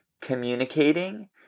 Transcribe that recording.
communicating